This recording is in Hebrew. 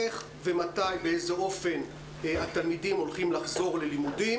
איך, מתי ובאיזה אופן התלמידים יחזרו ללימודים?